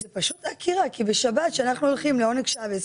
זה פשוט עקירה כי בשבת כשאנחנו הולכים לעונג שבת,